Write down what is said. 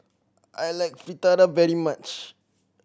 I like Fritada very much